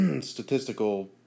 statistical